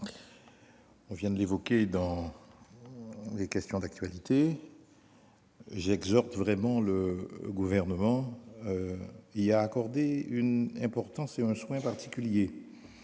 été question au cours des questions d'actualité. J'exhorte vraiment le Gouvernement à y accorder une importance et un soin particuliers,